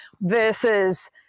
versus